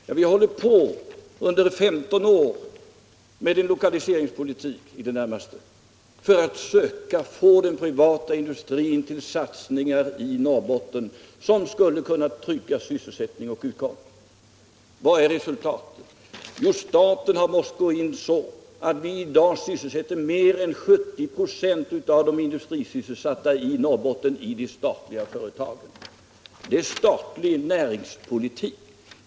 Ja, vi håller på sedan 15 år, i det närmaste, med en lokaliseringspolitik för att söka förmå den privata industrin till satsningar i Norrbotten som skulle kunna trygga sysselsättning och utkomst. Vad är resultatet? Jo, staten har måst gå in så att vi i dag sysselsätter mer än 70 96 av de industrisysselsatta i Norrbotten i de statliga företagen. Det är statlig näringspolitik.